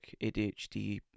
ADHD